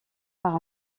par